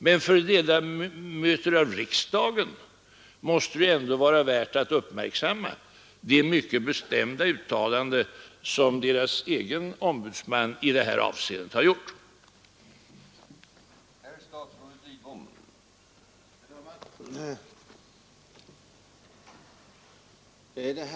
Men för ledamöter av riksdagen måste naturligtvis det mycket bestämda uttalande som deras egen ombudsman i detta avseende gjort vara värt att uppmärksamma.